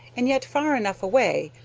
and yet far enough away,